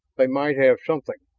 they might have something.